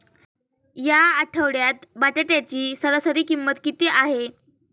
या आठवड्यात बटाट्याची सरासरी किंमत किती आहे?